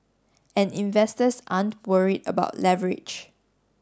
and investors aren't worried about leverage